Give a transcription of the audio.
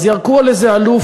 אז ירקו על איזה אלוף,